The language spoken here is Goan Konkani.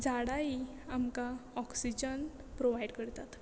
झाडां हीं आमकां ऑक्सिजन प्रोवायड करतात